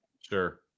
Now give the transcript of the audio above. Sure